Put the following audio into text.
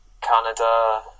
Canada